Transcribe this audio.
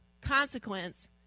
consequence